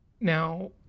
Now